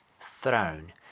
throne